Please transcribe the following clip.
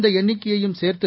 இந்தஎண்ணிக்கையும் சேர்த்து